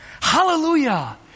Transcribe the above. Hallelujah